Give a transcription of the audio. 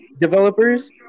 Developers